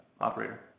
operator